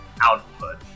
output